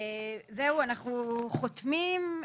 אנחנו חותמים,